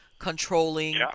controlling